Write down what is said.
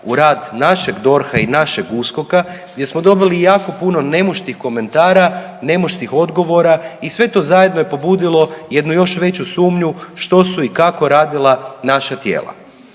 u rad našeg DORH-a i našeg USKOK-a gdje smo dobili jako puno nemuštih komentara, nemuštih odgovora i sve to zajedno je pobudilo jednu još veću sumnju što su i kako radila naša tijela.